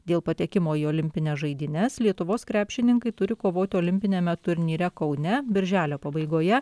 dėl patekimo į olimpines žaidynes lietuvos krepšininkai turi kovoti olimpiniame turnyre kaune birželio pabaigoje